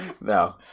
No